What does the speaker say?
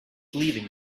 leaving